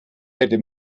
hätte